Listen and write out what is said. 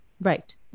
Right